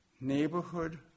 neighborhood